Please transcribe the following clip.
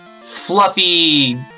fluffy